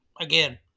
again